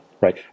right